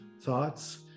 thoughts